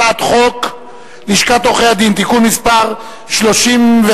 הצעת חוק לשכת עורכי-הדין (תיקון מס' 35),